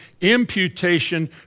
imputation